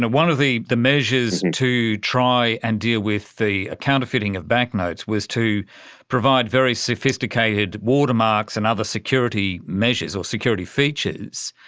one of the the measures to try and deal with the counterfeiting of banknotes was to provide very sophisticated watermarks and other security measures or security features.